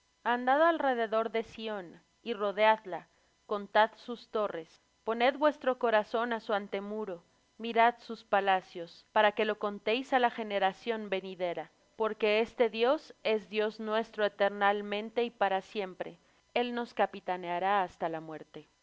andad alrededor de sión y rodeadla contad sus torres poned vuestro corazón á su antemuro mirad sus palacios para que lo contéis á la generación venidera porque este dios es dios nuestro eternalmente y para siempre el nos capitaneará hasta la muerte